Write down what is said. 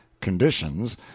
conditions